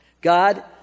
God